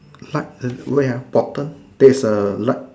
light wait ah bottom there's a light